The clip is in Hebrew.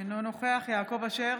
אינו נוכח יעקב אשר,